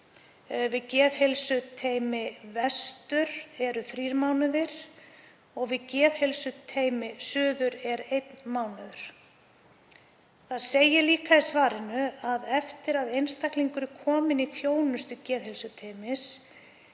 Við geðheilsuteymi vestur eru það þrír mánuðir og við geðheilsuteymi suður einn mánuður. Það segir líka í svarinu að eftir að einstaklingur er kominn í þjónustu geðheilsuteymis